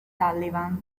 sullivan